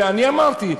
ואני אמרתי,